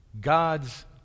God's